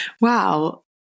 Wow